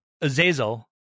Azazel